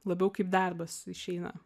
labiau kaip darbas išeina